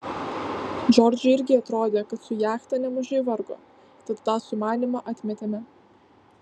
džordžui irgi atrodė kad su jachta nemažai vargo tad tą sumanymą atmetėme